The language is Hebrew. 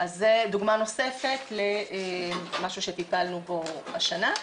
אז זה דוגמא נוספת למשהו שטיפלנו בו השנה.